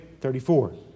34